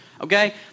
okay